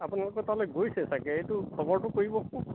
আপোনালোকৰ তালে গৈছে চাগে এইটো খবৰটো কৰিবচোন